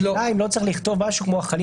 השאלה אם לא צריך לכתוב משהו כמו: "החלים